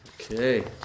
Okay